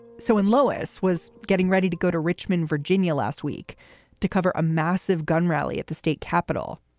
so when lois was getting ready to go to richmond, virginia, last week to cover a massive gun rally at the state capital,